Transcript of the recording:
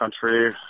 country